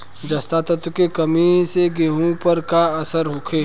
जस्ता तत्व के कमी से गेंहू पर का असर होखे?